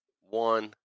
one